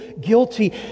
guilty